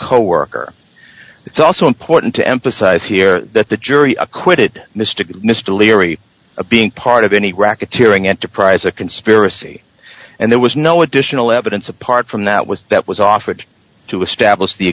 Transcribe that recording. coworker it's also important to emphasize here that the jury acquitted mr mr leary of being part of any racketeering enterprise a conspiracy and there was no additional evidence apart from that was that was offered to establish the